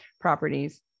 properties